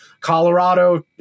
Colorado